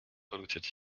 polluted